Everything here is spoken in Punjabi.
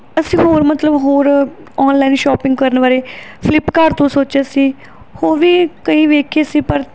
ਅਸੀਂ ਹੋਰ ਮਤਲਬ ਹੋਰ ਆਨਲਾਈਨ ਸ਼ੋਪਿੰਗ ਕਰਨ ਵਾਲੇ ਫਲਿਪਕਾਰਟ ਤੋਂ ਸੋਚਿਆ ਸੀ ਹੋਰ ਵੀ ਕਈ ਵੇਖੇ ਸੀ ਪਰ